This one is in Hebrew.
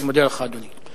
אני מודה לך, אדוני.